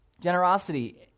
generosity